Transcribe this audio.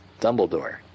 Dumbledore